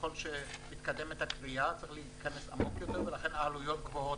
ככל שמתקדמת הכרייה צריך להיכנס עמוק יותר ולכן העלויות גבוהות,